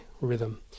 Rhythm